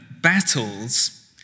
battles